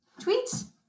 Tweets